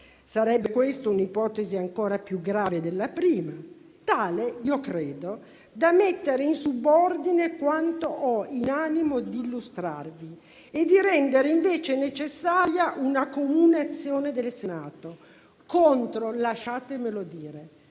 Sarebbe questa un'ipotesi ancora più grave della prima, tale - io credo - da mettere in subordine quanto ho in animo di illustrarvi e da rendere invece necessaria una comune azione del Senato contro - lasciatemelo dire